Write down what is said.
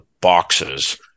boxes